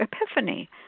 Epiphany